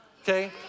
okay